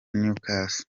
newcastle